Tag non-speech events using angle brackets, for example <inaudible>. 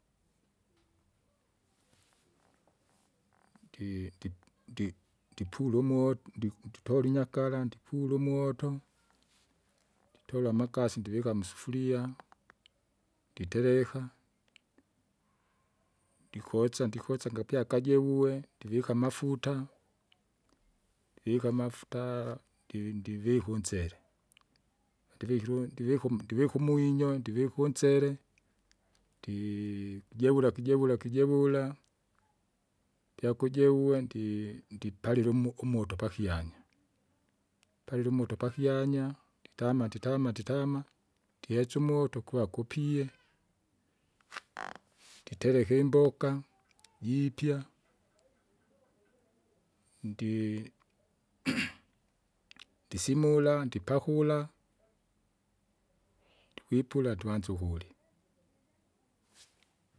<noise> ndi- ndipu- ndi- ndipule umoto ndi- nditola inyakara ndipule umoto, nditole amakasi ndivika musufuria, nditereka, ndikosa ndikosa ngapya kajevue ndivika amafuta, ndivika amaftala ndivi- ndivika unsele, vondivikire ndivikum- ndiviku umwinyo ndivika unsele ndii! kijewula kijewula kijewula. Pyakujeuwe ndi- ndipalile umo- umoto pakyanya, upalile umoto pakyanya, nditama nditama nditama, ndihetsa umoto kuwa kupie, <noise> <noise> nditereka imboka, jiipya. Ndi <noise> ndisimula ndipakula, ndikwipula tuanze ukurya.